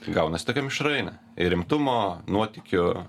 gaunasi tokia mišrainė ir rimtumo nuotykių